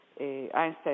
Einstein